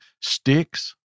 sticks